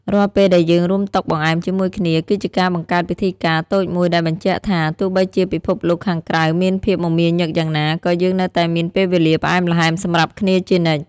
រាល់ពេលដែលយើងរួមតុបង្អែមជាមួយគ្នា គឺជាការបង្កើតពិធីការណ៍តូចមួយដែលបញ្ជាក់ថា ទោះបីជាពិភពលោកខាងក្រៅមានភាពមមាញឹកយ៉ាងណា ក៏យើងនៅតែមានពេលវេលាផ្អែមល្ហែមសម្រាប់គ្នាជានិច្ច។